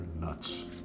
nuts